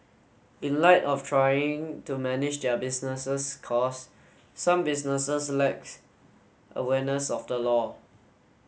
in light of trying to manage their businesses cost some businesses lacks awareness of the law